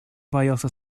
боялся